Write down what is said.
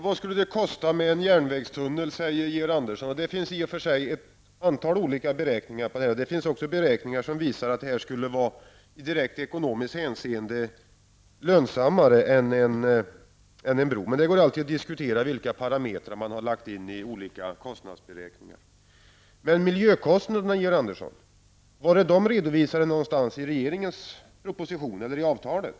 Vad skulle det kosta med en järnvägstunnel? säger Georg Andersson. Det finns ett antal olika beräkningar på detta, och det finns också beräkningar som visar att detta ur direkt ekonomiskt hänseende skulle vara lönsammare än en bro. Men det går alltid att diskutera vilka parametrar man har lagt in i olika kostnadsberäkningar. Men miljökostnaderna, Georg Andersson, var är de redovisade i regeringens proposition eller i avtalet?